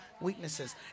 weaknesses